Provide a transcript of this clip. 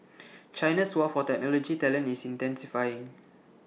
China's war for technology talent is intensifying